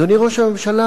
אדוני ראש הממשלה,